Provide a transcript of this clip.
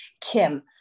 Kim